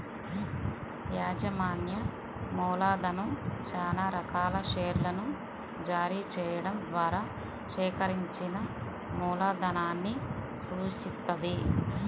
యాజమాన్య మూలధనం చానా రకాల షేర్లను జారీ చెయ్యడం ద్వారా సేకరించిన మూలధనాన్ని సూచిత్తది